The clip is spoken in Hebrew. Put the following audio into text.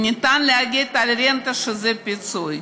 ניתן להגיד על הרנטה שזה פיצוי,